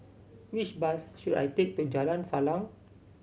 which bus should I take to Jalan Salang